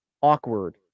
awkward